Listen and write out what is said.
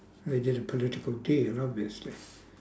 it's just a political deal obviously